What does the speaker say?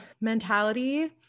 mentality